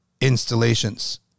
installations